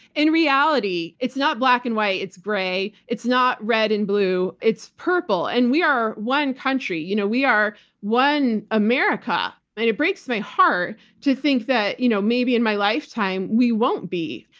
in reality, it's not black and white, it's gray. it's not red and blue, it's purple. and we are one country. you know we are one america, and it breaks my heart to think that you know maybe in my lifetime, we won't be.